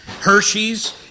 Hershey's